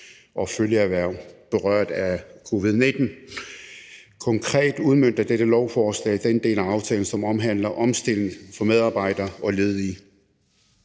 og følgeerhverv berørt af covid-19. Konkret udmønter dette lovforslag den del af aftalen, som omhandler omstilling for medarbejdere og ledige.